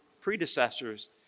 predecessors